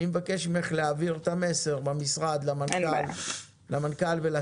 אני מבקש ממך להעביר את המסר במשרד למנכ"ל ולשר,